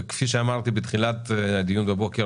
וכפי שאמרתי בתחילת הדיון בבוקר,